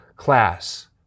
class